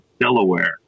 Delaware